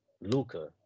Luca